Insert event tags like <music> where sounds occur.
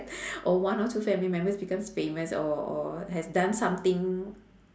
<breath> or one or two family members becomes famous or or has done something